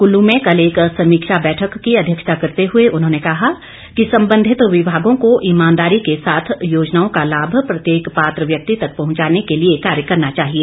कुल्लू में कल एक समीक्षा बैठक की अध्यक्षता करते हुए उन्होंने कहा कि संबंधित विभागों को ईमानदारी के साथ योजनाओं का लाभ प्रत्येक पात्र व्यक्ति तक पहुंचाने के लिए कार्य करना चाहिए